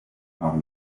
par